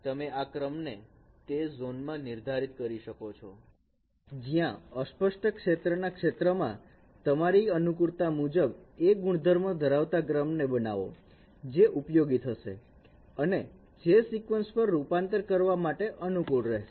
તમે આ ક્રમને તે ઝોનમાં નિર્ધારિત કરી શકો છો જ્યાં અસ્પષ્ટ ક્ષેત્રના ક્ષેત્રમાં તમારી અનુકૂળતા મુજબ એ ગુણધર્મ ધરાવતા ક્રમને બનાવો જે ઉપયોગી થશે અને જે સીકવન્સ પર રૂપાંતર કરવા માટે અનુકૂળ રહેશે